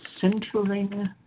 centering